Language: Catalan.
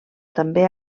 també